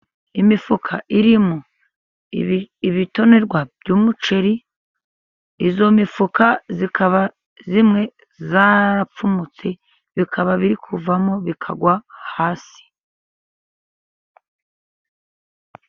Imifuka iririmo ibitonerwa by'umuceri，iyo mifuka ikaba imwe yarapfumutse， bikaba biri kuvamo bikagwa hasi.